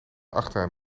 achteraan